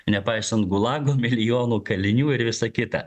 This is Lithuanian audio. nepaisant gulago milijonų kalinių ir visa kita